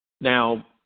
Now